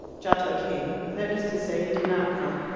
giotto came that is to say, he did not come,